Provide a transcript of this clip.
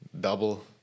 double